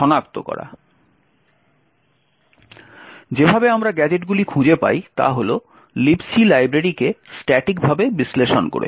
আমরা যেভাবে গ্যাজেট খুঁজে পাই তা হল Libc লাইব্রেরীকে স্ট্যাটিকভাবে বিশ্লেষণ করে